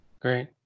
Great